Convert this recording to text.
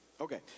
Okay